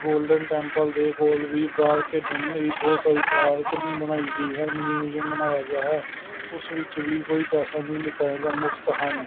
golden temple ਦੇ ਕੋਲ ਵੀ ਬਾਹਰ ਖੇਡਣ ਲਈ ਬਹੁਤ ਸਾਰੀ ਪਾਰਕ ਬਣਾਈ ਗਈ ਹੈ ਨਿਊਜਮ ਬਣਾਇਆ ਗਿਆ ਹੈ ਉਸ ਵਿੱਚ ਵੀ ਕੋਈ ਪੈਸਾ ਨਹੀਂ ਲਿਆ ਜਾਂਦਾ ਮੁਫਤ ਹਨ